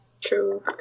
True